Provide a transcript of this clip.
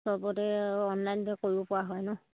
সবতে আৰু অনলাইন যে কৰিব পৰা হয় নহ্